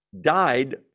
died